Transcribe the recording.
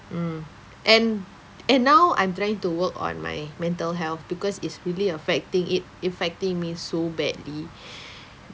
mm and and now I'm trying to work on my mental health because it's really affecting it affecting me so badly